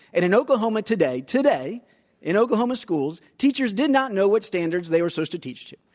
and in oklahoma today, today in oklahoma schools, teachers did not know what standards they were supposed to teach to.